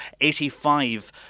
85